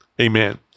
amen